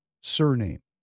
surname